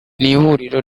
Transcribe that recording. n’ihuriro